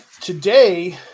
today